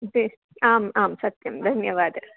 ते आम् आम् सत्यं धन्यवादः